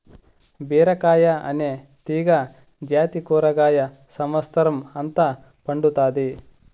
బీరకాయ అనే తీగ జాతి కూరగాయ సమత్సరం అంత పండుతాది